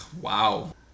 Wow